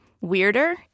weirder